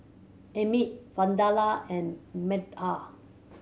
Amit Vandana and Medha